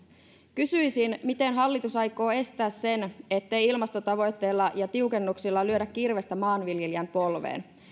kysyisin miten hallitus aikoo estää sen ettei ilmastotavoitteilla ja tiukennuksilla lyödä kirvestä maanviljelijän polveen